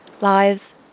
lives